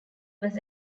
was